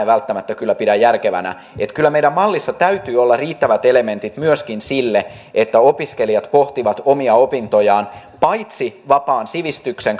välttämättä kyllä pidä järkevänä kyllä meidän mallissamme täytyy olla riittävät elementit myöskin sille että opiskelijat pohtivat omia opintojaan paitsi vapaan sivistyksen